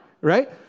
right